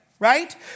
right